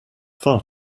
far